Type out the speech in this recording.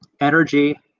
energy